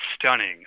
stunning